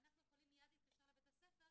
אנחנו יכולים מייד להתקשר לבית הספר,